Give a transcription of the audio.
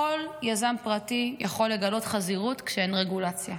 כל יזם פרטי יכול לגלות חזירות כשאין רגולציה,